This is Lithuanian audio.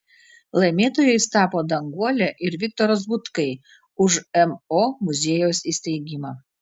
laimėtojais tapo danguolė ir viktoras butkai už mo muziejaus įsteigimą